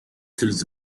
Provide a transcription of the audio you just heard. tells